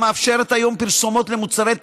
המאפשרת היום פרסומות למוצרי טבק,